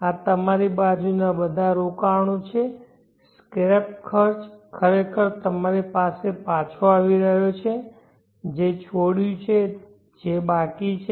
આ તમારી બાજુના બધા રોકાણો છે સ્ક્રેપ ખર્ચ ખરેખર તમારી પાસે પાછો આવી રહ્યો છે જે છોડ્યુ છે જે બાકી છે